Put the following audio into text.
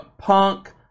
punk